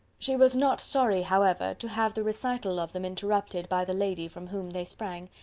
she was not sorry, however, to have the recital of them interrupted by the lady from whom they sprang.